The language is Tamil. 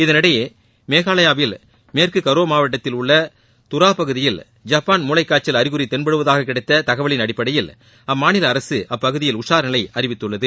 இதனிடையே மேகாலயாவில் மேற்கு காரோ மாவட்டத்தில் உள்ள தரா பகுதியில் ஜப்பான் மூளை காய்ச்சல் அறிகுறி தென்படுவதாக கிடைத்த தகவலின் அடிப்படையில் அம்மாநில அரசு அப்பகுதியில் உஷார் நிலை அறிவித்துள்ளது